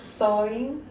sawing